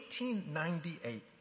1898